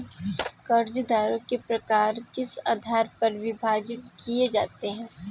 कर्जदारों के प्रकार किस आधार पर विभाजित किए जाते हैं?